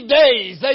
days